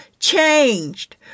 Changed